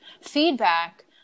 feedback